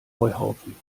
heuhaufen